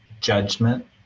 judgment